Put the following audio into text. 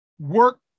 work